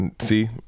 See